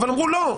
אבל אמרו לא,